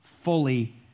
fully